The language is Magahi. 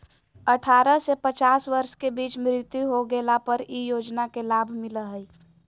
अठारह से पचास वर्ष के बीच मृत्यु हो गेला पर इ योजना के लाभ मिला हइ